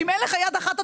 ואם אין לך יד אחת,